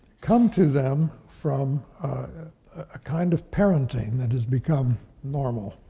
come to them from a kind of parenting that has become normal,